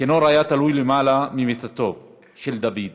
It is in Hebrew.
"כינור היה תלוי למעלה ממיטתו של דוד,